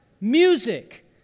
music